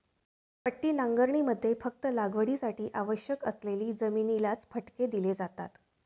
पट्टी नांगरणीमध्ये फक्त लागवडीसाठी आवश्यक असलेली जमिनीलाच फटके दिले जाते